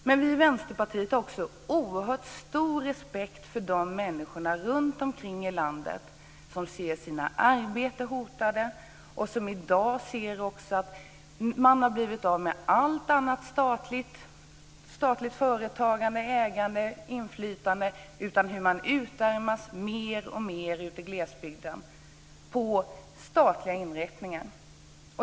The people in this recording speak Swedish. Men vi i Vänsterpartiet har också oerhört stor respekt för de människor runtomkring i landet som ser sina arbeten hotade, som i dag ser att man blivit av med allt annat statligt företagande, ägande och inflytande och som ser hur glesbygden mer och mer utarmas på statliga inrättningar.